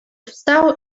wstał